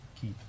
Keith